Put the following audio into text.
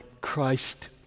Christ